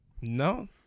No